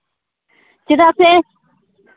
ᱪᱮᱫᱟᱜ ᱥᱮ